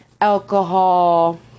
alcohol